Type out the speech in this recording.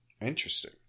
Interesting